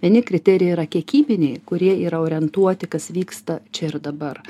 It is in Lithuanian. vieni kriterijai yra kiekybiniai kurie yra orientuoti kas vyksta čia ir dabar